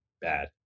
bad